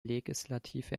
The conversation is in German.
legislative